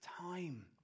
time